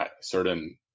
certain